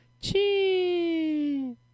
Chee